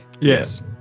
yes